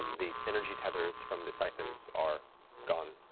the energy tethers from the siphons are gone.